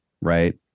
Right